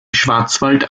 schwarzwald